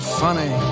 funny